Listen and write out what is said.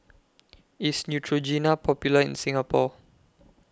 IS Neutrogena Popular in Singapore